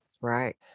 Right